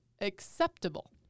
acceptable